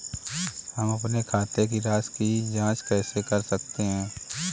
हम अपने खाते की राशि की जाँच कैसे कर सकते हैं?